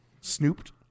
snooped